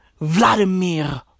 Vladimir